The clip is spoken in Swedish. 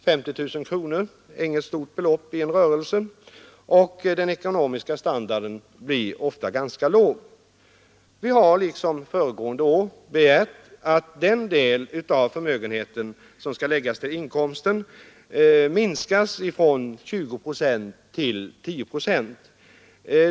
50 000 kronor är inget stort belopp i en rörelse, och den ekonomiska standarden blir ofta ganska låg. Vi har liksom föregående år begärt att den del av förmögenheten som skall läggas till inkomsten minskas från 20 procent till 10 procent.